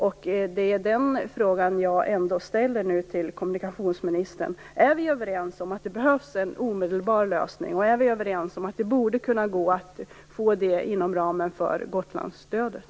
Jag ställer nu de frågorna till kommunikationsministern: Är vi överens om att det behövs en omedelbar lösning? Är vi överens om att det borde kunna gå att få fram en sådan inom ramen för Gotlandsstödet?